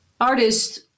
artist